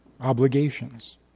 obligations